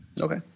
Okay